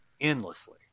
endlessly